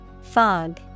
Fog